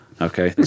Okay